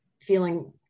feeling